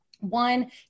one